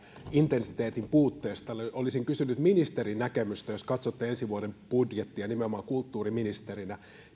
intensiteetin puutteesta olisin kysynyt ministerin näkemystä jos katsotte ensi vuoden budjettia nimenomaan kulttuuriministerinä